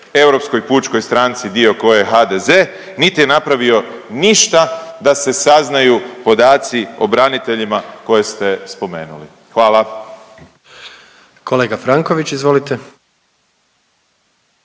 Europskoj pučkoj stranci dio koje je HDZ niti je napravio ništa da se saznaju podaci o braniteljima koje ste spomenuli. Hvala. **Jandroković, Gordan